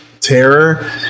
terror